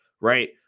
right